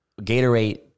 gatorade